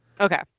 Okay